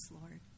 Lord